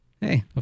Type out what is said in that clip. Hey